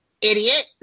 idiot